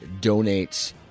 donates